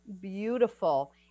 beautiful